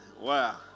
Wow